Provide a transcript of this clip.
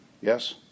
Yes